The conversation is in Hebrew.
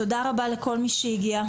תודה רבה לכל מי שהגיע.